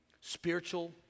Spiritual